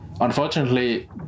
Unfortunately